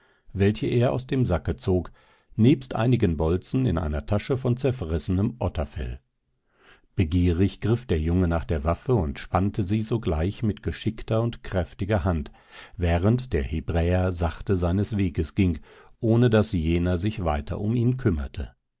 welche er aus dem sacke zog nebst einigen bolzen in einer tasche von zerfressenem otterfell begierig griff der junge nach der waffe und spannte sie sogleich mit geschickter und kräftiger hand während der hebräer sachte seines weges ging ohne daß jener sich weiter um ihn kümmerte